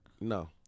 No